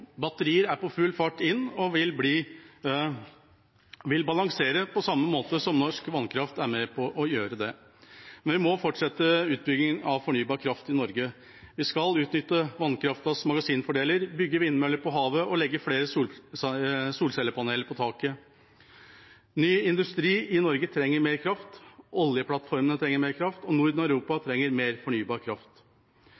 Batterier er på full fart inn og vil balansere, på samme måte som norsk vannkraft er med på å gjøre det, men vi må fortsette utbyggingen av fornybar kraft i Norge. Vi skal utnytte vannkraftens magasinfordeler, bygge vindmøller på havet og legge flere solcellepaneler på taket. Ny industri i Norge trenger mer kraft, oljeplattformene trenger mer kraft, og Norden og Europa